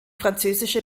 französische